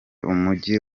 umujyi